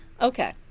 Okay